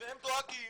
והם דואגים